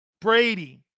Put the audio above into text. Brady